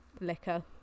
liquor